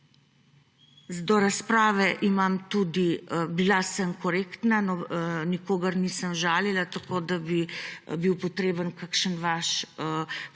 do razprave jo imam tudi. Bila sem korektna, nikogar nisem žalila, da bi bil potreben kakšen vaš poseg,